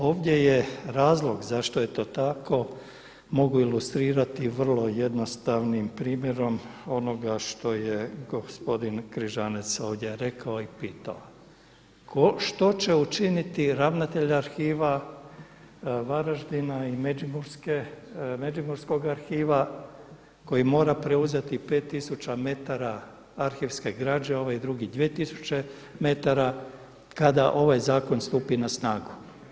Ovdje je razlog zašto je to tako mogu ilustrirati vrlo jednostavnim primjerom onoga što je gospodin Križanec ovdje rekao i pitao što će učiniti ravnatelj arhiva Varaždina i međimurskog arhiva koji mora preuzeti pet tisuća metara arhivske građe, ovaj drugi dvije tisuće metara, kada ovaj zakon stupi na snagu?